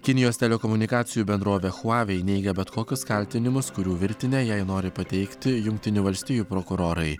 kinijos telekomunikacijų bendrovė huavei neigia bet kokius kaltinimus kurių virtinę jai nori pateikti jungtinių valstijų prokurorai